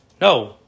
No